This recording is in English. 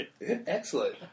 Excellent